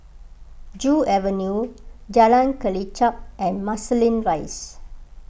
Joo Avenue Jalan Kelichap and Marsiling Rise